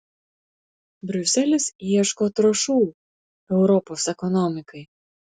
briuselis ieško trąšų europos ekonomikai